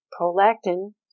prolactin